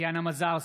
טטיאנה מזרסקי,